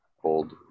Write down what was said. hold